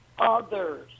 Others